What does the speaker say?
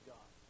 God